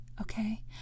Okay